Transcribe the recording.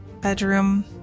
bedroom